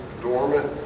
dormant